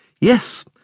Yes